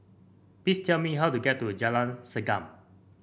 please tell me how to get to Jalan Segam